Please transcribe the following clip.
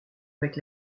avec